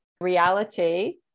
reality